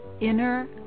Inner